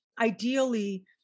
ideally